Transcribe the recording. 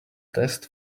test